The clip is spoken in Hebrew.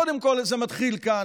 קודם כול זה מתחיל כאן.